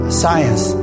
science